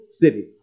city